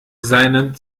seinen